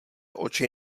oči